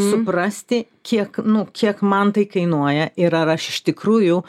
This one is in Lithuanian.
suprasti kiek nu kiek man tai kainuoja ir ar aš iš tikrųjų